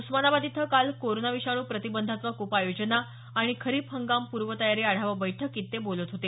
उस्मानाबाद इथं काल कोरोना विषाणू प्रतिबंधात्मक उपाययोजना आणि खंरीप हंगाम पूर्वतयारी आढावा बैठकीत ते बोलत होते